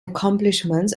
accomplishments